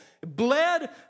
bled